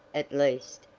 at least,